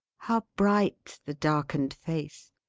how bright the darkened face!